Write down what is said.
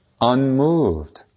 unmoved